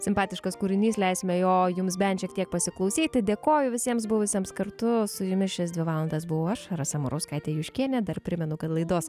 simpatiškas kūrinys leisime jo jums bent šiek tiek pasiklausyti dėkoju visiems buvusiems kartu su jumis šias dvi valandas buvau aš rasa murauskaitė juškienė dar primenu kad laidos